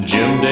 Jim